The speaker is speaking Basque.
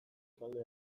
talde